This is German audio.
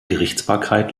gerichtsbarkeit